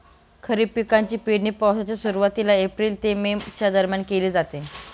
खरीप पिकांची पेरणी पावसाच्या सुरुवातीला एप्रिल ते मे च्या दरम्यान केली जाते